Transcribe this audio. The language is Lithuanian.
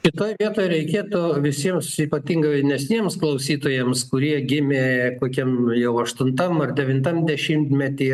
kitoj vietoj reikėtų visiems ypatingai jaunesniems klausytojams kurie gimė kokiam nu jau aštuntam ar devintam dešimtmetyje